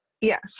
yes